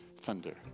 thunder